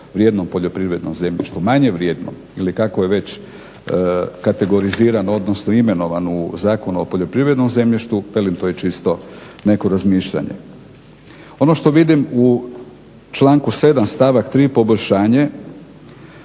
vrijednom poljoprivrednom zemljištu, manje vrijednom ili kako je već kategorizirano, odnosno imenovano u Zakonu o poljoprivrednom zemljištu, velim to je čisto neko razmišljanje. Ono što vidim u članku 7., stavak 3. poboljšanje,